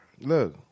Look